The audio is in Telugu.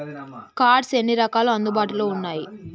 కార్డ్స్ ఎన్ని రకాలు అందుబాటులో ఉన్నయి?